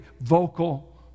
vocal